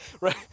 Right